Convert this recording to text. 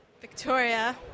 Victoria